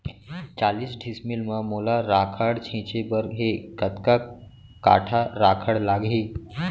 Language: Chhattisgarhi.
चालीस डिसमिल म मोला राखड़ छिंचे बर हे कतका काठा राखड़ लागही?